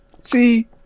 See